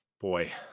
boy